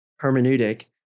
hermeneutic